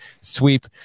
sweep